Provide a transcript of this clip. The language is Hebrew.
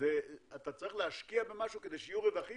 אתה צריך להשקיע במשהו כדי שיהיו רווחים